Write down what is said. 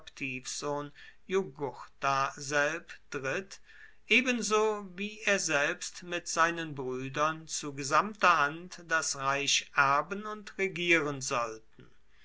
jugurtha selbdritt ebenso wie er selbst mit seinen beiden brüdern zu gesamter hand das reich erben und regieren sollten